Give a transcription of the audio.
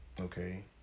okay